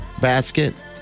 basket